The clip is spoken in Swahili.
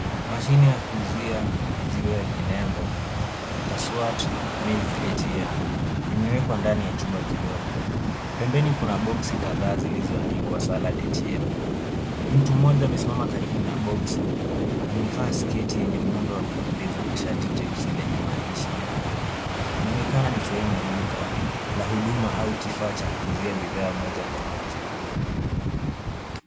Mashine ya kuuzia maziwa yenye nembo Tasswatt Milk ATM imewekwa ndani ya chumba kidogo. Pembeni kuna boksi kadhaa zilizoandikwa Salad ATM . Mtu mmoja amesimama karibu na boksi, amevaa sketi yenye muundo wa kupendeza na shati jeusi lenye maandishi meupe. Inaonekana ni sehemu ya duka na huduma au kifaa cha kuuzia bidhaa ya moja kwa moja.